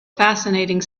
fascinating